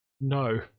No